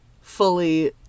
fully